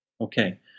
Okay